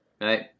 right